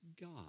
God